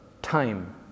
time